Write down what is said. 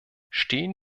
stehen